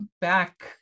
back